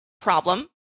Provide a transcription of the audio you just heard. Problem